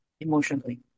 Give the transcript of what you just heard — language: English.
emotionally